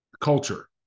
Culture